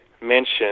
mention